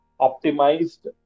optimized